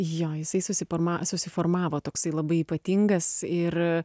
jo jisai susiformavo susiformavo toksai labai ypatingas ir